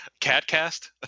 Catcast